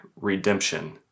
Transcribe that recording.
redemption